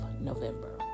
November